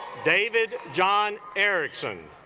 david john ericson